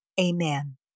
Amen